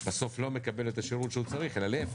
בסוף לא מקבל את השירות הזה שהוא צריך אלא להיפך,